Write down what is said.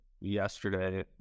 yesterday